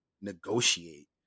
negotiate